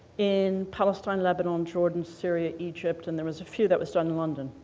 in palestine, lebanon, jordan, syria, egypt. and there was a few that was done in london,